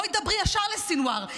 בואי דברי ישר לסנוואר.